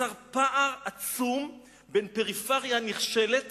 שיצר פער עצום בין פריפריה נחשלת